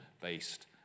based